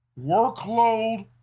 workload